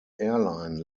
airline